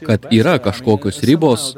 kad yra kažkokios ribos